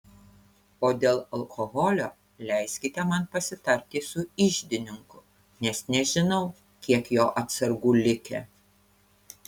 o dėl alkoholio leiskite man pasitarti su iždininku nes nežinau kiek jo atsargų likę